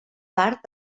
part